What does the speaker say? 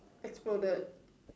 as for the